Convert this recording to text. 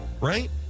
right